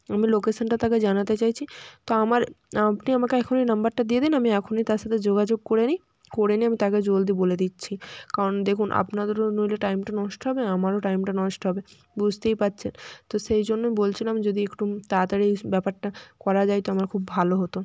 আমি লোকেশানটা তাকে জানাতে চাইছি তো আমার আপনি আমাকে এখনই নাম্বারটা দিয়ে দিন আমি এখনই তার সাথে যোগাযোগ করে নিই করে নিয়ে আমি তাকে জলদি বলে দিচ্ছি কারণ দেখুন আপনাদেরও নইলে টাইমটা নষ্ট হবে আমারও টাইমটা নষ্ট হবে বুসতেই পারছেন তো সেই জন্য বলছিলাম যদি একটু তাড়াতাড়ি ব্যাপারটা করা যায় তো আমার খুব ভালো হতো